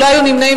לא היו נמנעים.